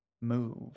move